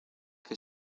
que